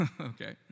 Okay